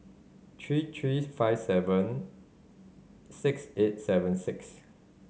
three three five seven six eight seven six